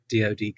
DoD